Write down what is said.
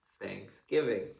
thanksgiving